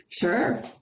Sure